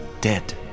dead